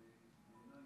ובעיניי,